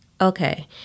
Okay